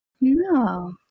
No